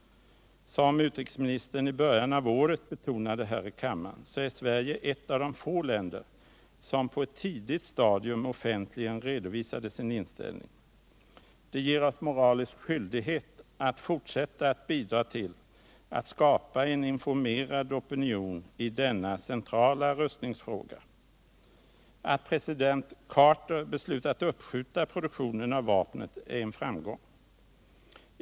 Som utrikesministern 1 början av året betonade här i kammaren, så är Sverige ett av de få länder som på ett tidigt stadium offentligen redovisade sin inställning. Det ger oss moralisk skyldighet att fortsätta att bidra till att skapa en informerad opinion i denna centrala rustningsfråga. Att president Carter beslutat uppskjuta produktionen av vapnet är en framgång.